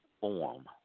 form